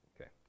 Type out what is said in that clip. okay